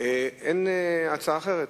אין הצעה אחרת?